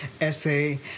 essay